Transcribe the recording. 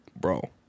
bro